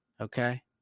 okay